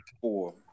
four